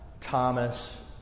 Thomas